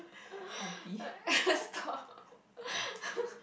stop